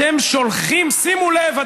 שימו לב,